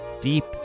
Deep